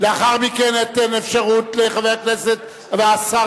לאחר מכן אתן אפשרות לחבר הכנסת והשר